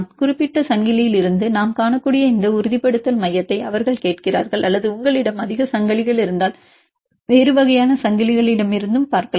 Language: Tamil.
குறிப்பிட்ட சங்கிலியிலிருந்து நாம் காணக்கூடிய இந்த உறுதிப்படுத்தல் மையத்தை அவர்கள் கேட்கிறார்கள் அல்லது உங்களிடம் அதிக சங்கிலிகள் இருந்தால் வேறு வகையான சங்கிலிகளிலிருந்தும் பார்க்கலாம்